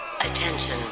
Attention